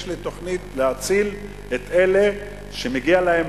יש לי תוכנית להציל את אלה שמגיע להם,